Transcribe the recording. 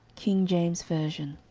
king james version,